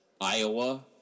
Iowa